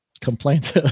complaint